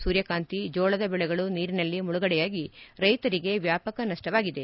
ಸೂರ್ಯಕಾಂತಿ ಜೋಳದ ಬೆಳೆಗಳು ನೀರಿನಲ್ಲಿ ಮುಳಗಡೆಯಾಗಿ ರೈತರಿಗೆ ವ್ಯಾಪಕ ನಷ್ಟವಾಗಿದೆ